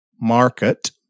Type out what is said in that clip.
Market